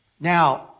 Now